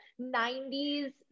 90s